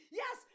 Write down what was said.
yes